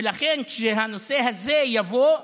לכן, כשהנושא הזה יבוא,